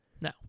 no